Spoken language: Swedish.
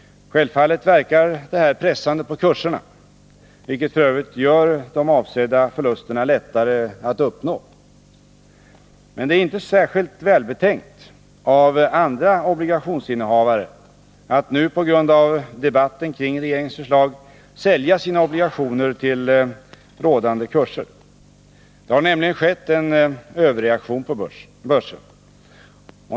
Självfallet verkar detta pressande på kurserna, vilket f. ö. gör de avsedda förlusterna lättare att uppnå. Men det är inte särskilt välbetänkt av andra obligationsinnehavare att nu, på grund av debatten kring regeringens förslag, sälja sina obligationer till rådande kurser. Det har nämligen skett en överreaktion på börsen.